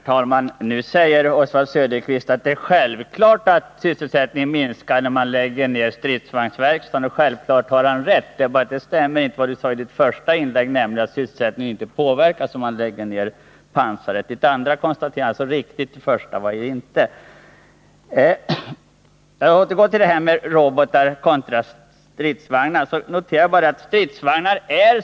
Herr talman! Nu säger Oswald Söderqvist att det är självklart att sysselsättningen minskar när man lägger ner stridsvagnsverkstaden, och självklart har han rätt. Men det stämmer inte med vad han sade i det första inlägget, nämligen att sysselsättningen inte påverkas. Det andra konstaterandet var alltså riktigt, det första var det inte. Jag återgår till frågan om robotar kontra stridsvagnar.